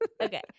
Okay